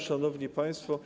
Szanowni Państwo!